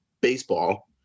baseball